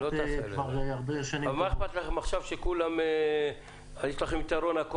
החזרנו עד עכשיו 2 מיליון דולר,